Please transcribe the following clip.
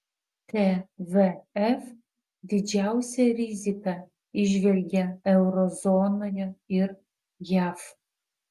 tvf didžiausią riziką įžvelgia euro zonoje ir jav